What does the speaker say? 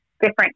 different